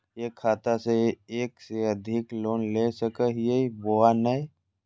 एक खाता से एक से अधिक लोन ले सको हियय बोया नय?